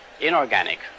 inorganic